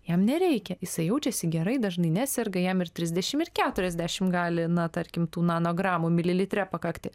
jam nereikia jisai jaučiasi gerai dažnai neserga jam ir trisdešim ir keturiasdešim gali na tarkim tų nanogramų mililitre pakakti